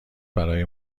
برای